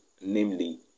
namely